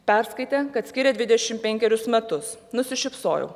perskaitė kad skiria dvidešimt penkerius metus nusišypsojo